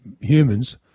humans